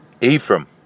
Ephraim